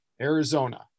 Arizona